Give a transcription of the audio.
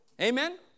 Amen